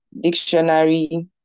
dictionary